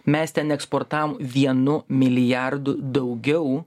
mes ten eksportavom vienu milijardu daugiau